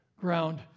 ground